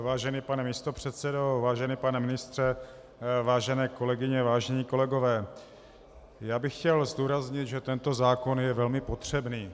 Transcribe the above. Vážený pane místopředsedo, vážený pane ministře, vážené kolegyně, vážení kolegové, chtěl bych zdůraznit, že tento zákon je velmi potřebný.